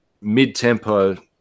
mid-tempo